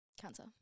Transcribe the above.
Cancer